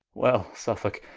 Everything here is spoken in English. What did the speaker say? well suffolke,